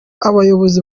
abayobozi